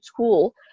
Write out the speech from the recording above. tool